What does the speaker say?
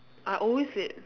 I always late